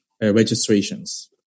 registrations